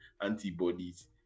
antibodies